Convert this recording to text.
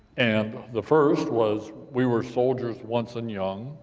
and the first was we were soldiers once. and young.